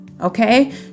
okay